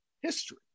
history